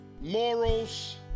morals